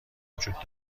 وجود